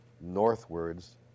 northwards